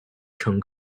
乘客